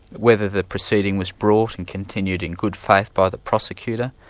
whether the proceeding was brought and continued in good faith by the prosecutor,